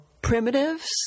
primitives